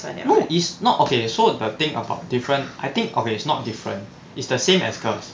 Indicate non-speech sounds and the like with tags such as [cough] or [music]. [noise] is not okay so the thing about different I think okay is not different is the same as girls